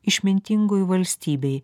išmintingoj valstybėj